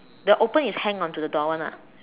the open is hang onto the door one lah